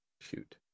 Shoot